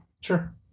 Sure